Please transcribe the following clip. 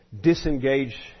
disengage